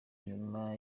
nyuma